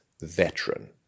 veteran